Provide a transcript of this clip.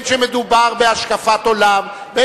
בין שמדובר בהשקפת עולם,